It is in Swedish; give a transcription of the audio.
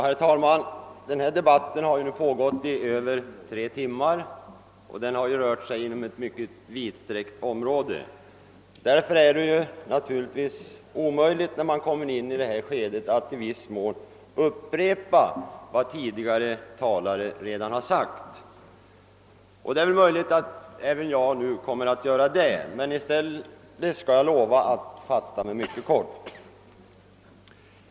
Herr talman! Denna debatt har nu pågått i över tre timmar och bar rört sig över ett mycket vidsträckt område. När man kommer in i debatten i detta :skede är det därför omöjligt att undvika att i någon mån upprepa vad tidigare talare redan har sagt. Det är möjligt att även jag nu kommer att göra det, men i stället skall jag lova att fatta mig mycket kort.